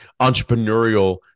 entrepreneurial